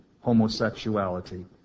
homosexuality